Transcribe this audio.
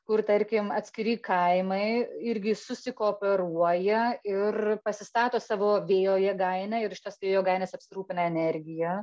kur tarkim atskiri kaimai irgi susikooperuoja ir pasistato savo vėjo jėgainę ir iš tos vėjo jėgainės apsirūpina energija